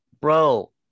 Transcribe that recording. bro